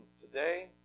today